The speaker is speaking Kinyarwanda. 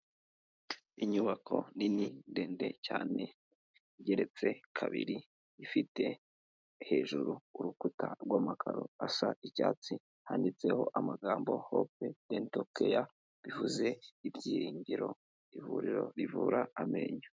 Inyubako nini ndende cyane igereretse kabiri, ifite hejuru urukuta rw'amakaro asa icyatsi handitseho amagambo hope dento keya ivuze ibyiringiro ivuriro rivura amenyo.